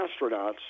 astronauts